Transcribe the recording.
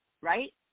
right